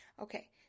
Okay